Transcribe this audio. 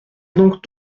donc